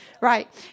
Right